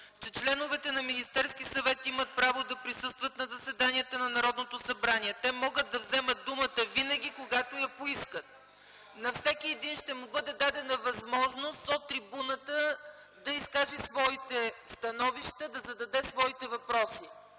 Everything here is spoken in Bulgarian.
– „членовете на Министерския съвет имат право да присъстват на заседанията на Народното събрание. Те могат да вземат думата винаги, когато я поискат”. На всеки един ще му бъде дадена възможност от трибуната да изкаже своите становища, да зададе своите въпроси.